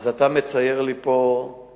אתה מצייר לי פה אירועים,